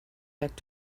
back